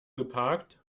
geparkt